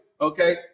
Okay